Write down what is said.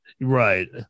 Right